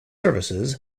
services